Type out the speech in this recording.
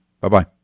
Bye-bye